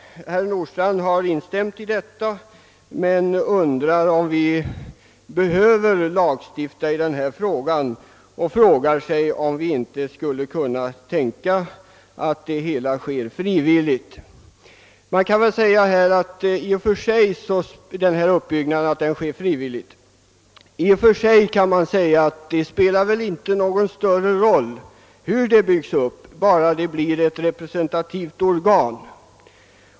Herr Nordstrandh instämde i detta men undrade, om vi behöver lagstifta i denna fråga. Han frågade sig om vi inte skulle kunna tänka oss att denna uppbyggnad sker frivilligt. I och för sig spelar det inte någon större roll hur det byggs upp, bara det blir ett representativt organ.